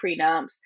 prenups